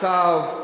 צו.